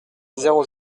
zéro